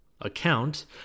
account